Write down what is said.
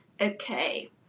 Okay